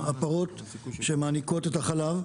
הפרות שמעניקות את החלב,